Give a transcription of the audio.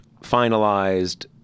finalized